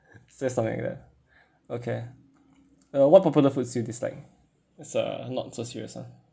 just something like that ah okay uh what popular foods do you dislike just a not so serious [one]